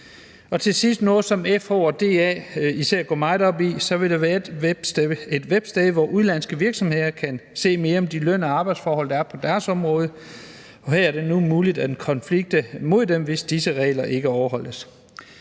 op i – vil der være et websted, hvor udenlandske virksomheder kan læse mere om de løn- og arbejdsforhold, der er på deres område. Og her er det nu muligt at konflikte mod dem, hvis disse regler ikke overholdes.